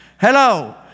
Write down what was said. Hello